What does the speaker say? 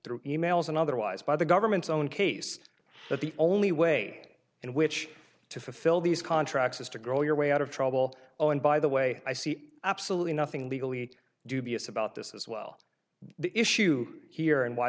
through e mails and otherwise by the government's own case that the only way in which to fulfill these contracts is to grow your way out of trouble and by the way i see absolutely nothing legally dubious about this as well the issue here and why